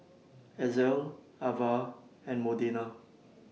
Ezell Avah and Modena